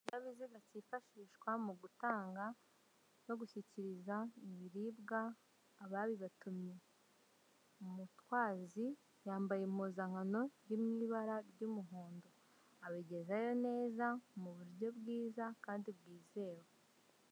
Ikinyabizinga kifashishwa mugutanga no gushyikiriza ibiribwa ababibatumye. Umutwazi yambaye impuzankano iri mw'ibara ry'umuhondo, abigezayo neza, muburyo bwiza Kandi bwizewe.